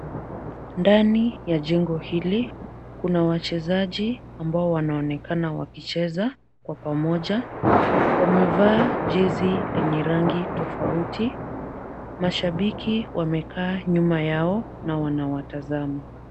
Ndani ya jengo hili, kuna wachezaji ambao wanaonekana wakicheza kwa pamoja. Wamevaa jezi lenye rangi tofauti. Mashabiki wamekaa nyuma yao na wanawatazama.